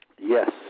Yes